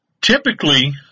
Typically